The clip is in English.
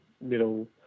middle